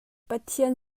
pathian